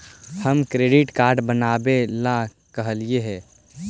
हम credit card बनावे ला कहलिऐ हे?